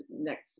next